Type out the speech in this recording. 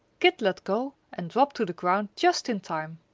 kit let go and dropped to the ground just in time.